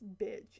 bitch